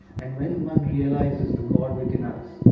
and when one realizes the god within us,